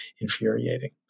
Infuriating